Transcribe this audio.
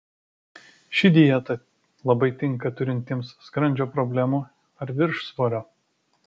ši dieta labai tinka turintiems skrandžio problemų ar viršsvorio